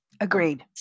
Agreed